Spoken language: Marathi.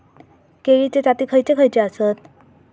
केळीचे जाती खयचे खयचे आसत?